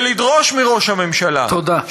ולדרוש מראש הממשלה, תודה.